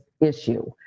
issue